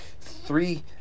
three